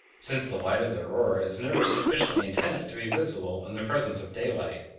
since the light of the aurora is never sufficiently intense to be visible in the presence of daylight,